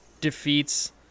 defeats